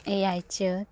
ᱮᱭᱟᱭ ᱪᱟᱹᱛ